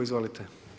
Izvolite.